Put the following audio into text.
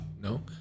No